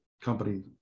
company